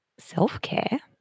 self-care